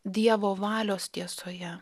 dievo valios tiesoje